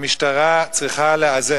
המשטרה צריכה לאזן,